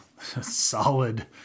solid